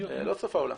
לא סוף העולם.